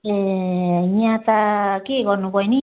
ए यहाँ त के गर्नु बहिनी